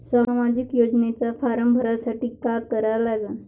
सामाजिक योजनेचा फारम भरासाठी का करा लागन?